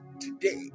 today